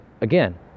again